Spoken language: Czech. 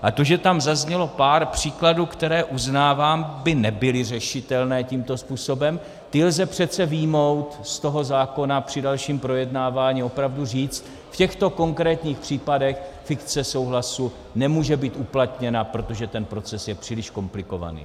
A to, že tam zaznělo pár příkladů, které, uznávám, by nebyly řešitelné tímto způsobem, ty lze přece vyjmout ze zákona při dalším projednávání, opravdu říct, v těchto konkrétních případech fikce souhlasu nemůže být uplatněna, protože proces je příliš komplikovaný.